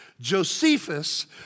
Josephus